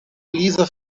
lisa